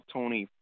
Tony